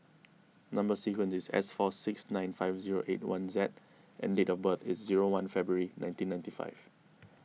Number Sequence is S four six nine five zero eight one Z and date of birth is zero one February nineteen ninety five